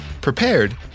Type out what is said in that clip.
prepared